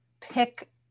pick